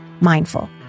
Mindful